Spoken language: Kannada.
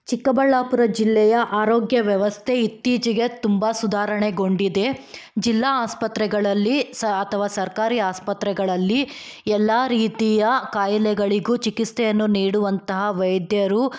ಚಿಕ್ಕಬಳ್ಳಾಪುರ ಜಿಲ್ಲೆಯ ಆರೋಗ್ಯ ವ್ಯವಸ್ಥೆ ಇತ್ತೀಚೆಗೆ ತುಂಬ ಸುಧಾರಣೆಗೊಂಡಿದೆ ಜಿಲ್ಲಾ ಆಸ್ಪತ್ರೆಗಳಲ್ಲಿ ಸ ಅಥವಾ ಸರ್ಕಾರಿ ಆಸ್ಪತ್ರೆಗಳಲ್ಲಿ ಎಲ್ಲ ರೀತಿಯ ಕಾಯಿಲೆಗಳಿಗೂ ಚಿಕಿತ್ಸೆಯನ್ನು ನೀಡುವಂಥ ವೈದ್ಯರು